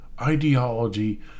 ideology